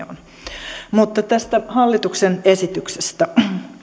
on mutta tästä hallituksen esityksestä